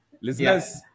Listeners